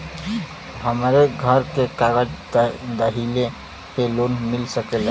हमरे घरे के कागज दहिले पे लोन मिल सकेला?